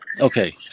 Okay